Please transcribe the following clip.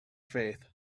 faith